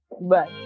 Bye